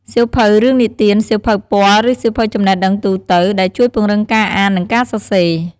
សៀវភៅរឿងនិទាន សៀវភៅពណ៌ ឬសៀវភៅចំណេះដឹងទូទៅ ដែលជួយពង្រឹងការអាន និងការសរសេរ។